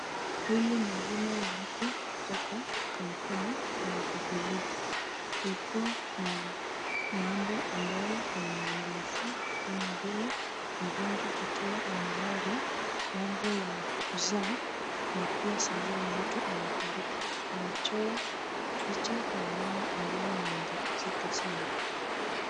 Hili ni bima la afya kutoka kampuni ya jubilee iko na mambo ambayo yanaangazia kama vile mgonjwa akiwa amelazwa mambo ya kuzaa na pia saa zile mtu amefariki. Wamechora picha ya mama ambaye ni mjamzito sana.